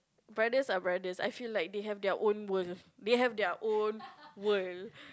brothers are brothers I feel like they have their own world they have their own world